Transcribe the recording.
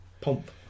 Pump